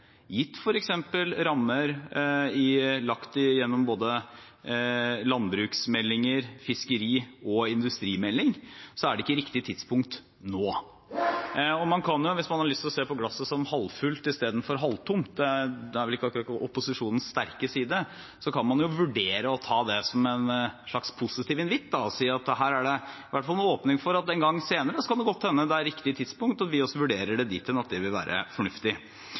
gitt f.eks. rammer lagt gjennom både landbruksmeldinger og fiskeri- og industrimelding, er det ikke riktig tidspunkt nå. Og hvis man har lyst til å se på glasset som halvfullt istedenfor halvtomt – det er vel ikke akkurat opposisjonens sterke side – kan man jo vurdere å ta det som en slags positiv invitt og si at her er det i hvert fall en åpning for at en gang senere kan det godt hende det er riktig tidspunkt, at vi også vurderer det dit hen at det vil være fornuftig.